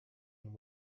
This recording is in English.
and